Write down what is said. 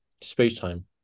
space-time